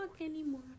anymore